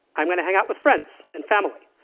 i'm going to hang out with friends and family.